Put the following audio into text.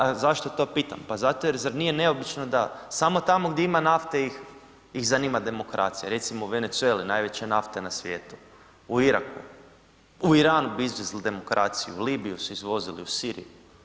A zašto to pitam, pa zato jer zar nije neobično da samo tamo gdje ima nafte ih zanima demokracija recimo u Venezueli najveća nafta na svijetu, u Iraku, u Iranu bi izvezli demokraciju, Libiju su izvozili u Siriju.